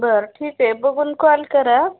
बरं ठीक आहे बघून कॉल करा